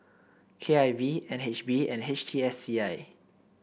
K I V N H B and H T S C I